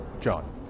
John